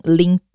link